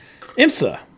IMSA